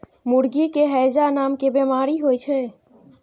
मुर्गी के हैजा नामके बेमारी होइ छै